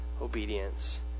obedience